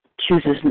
chooses